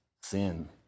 sin